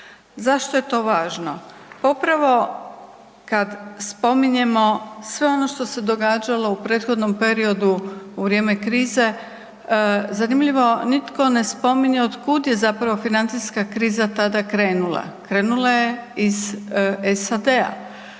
Zašto je to važno? Pa upravo kad spominjemo sve ono što se događalo u prethodnom periodu u vrijeme krize, zanimljivo nitko ne spominje otkud je zapravo financijska kriza tada krenula? Krenula je iz SAD-a.